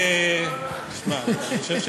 נוכח האמור